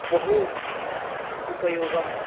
बहु उपयोगम्